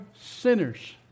sinners